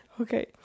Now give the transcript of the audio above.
Okay